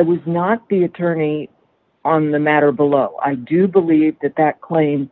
was not the attorney on the matter below i do believe that that claim